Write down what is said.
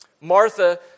Martha